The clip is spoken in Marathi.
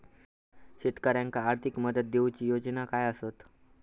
शेतकऱ्याक आर्थिक मदत देऊची योजना काय आसत?